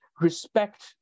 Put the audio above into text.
respect